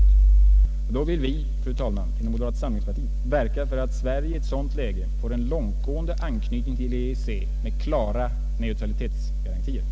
Och då, fru talman, vill vi inom moderata samlingspartiet verka för att Sverige i ett sådant läge får en långtgående anknytning till EEC med klara neutralitetsgarantier.